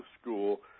school